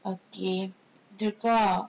okay dudar